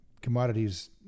Commodities